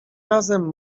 razem